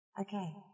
Okay